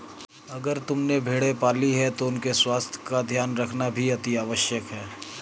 अगर तुमने भेड़ें पाली हैं तो उनके स्वास्थ्य का ध्यान रखना भी अतिआवश्यक है